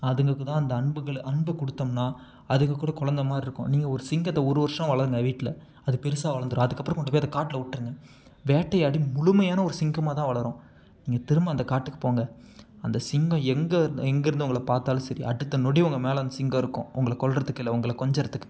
அதுங்களுக்கு தான் அந்த அன்புங்களை அன்பு கொடுத்தம்ன்னா அதுங்க கூட குழந்த மாதிரிருக்கும் நீங்கள் ஒரு சிங்கத்தை ஒரு வருஷம் வளங்க வீட்டில் அது பெருசாக வளர்ந்துரும் அதுக்கப்புறம் கொண்டு போய் காட்டில் விட்ருங்க வேட்டையாடி முழுமையான ஒரு சிங்கமாக தான் வளரும் நீங்கள் திரும்ப அந்த காட்டுக்கு போங்க அந்த சிங்கம் எங்கே இருந் எங்கே இருந்தது உங்களை பார்த்தாலும் சரி அடுத்த நொடி உங்கள் மேலே அந்த சிங்கம் இருக்கும் உங்களை கொல்கிறதுக்கு இல்லை உங்களை கொஞ்சறத்துக்கு